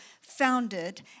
founded